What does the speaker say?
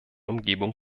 umgebung